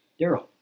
daryl